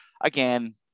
again